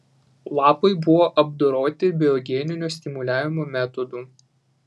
lapai buvo apdoroti biogeninio stimuliavimo metodu